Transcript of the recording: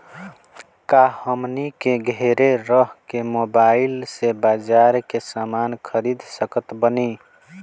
का हमनी के घेरे रह के मोब्बाइल से बाजार के समान खरीद सकत बनी?